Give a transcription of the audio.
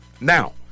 Now